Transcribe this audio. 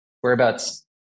Whereabouts